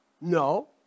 No